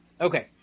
Okay